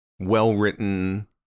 well-written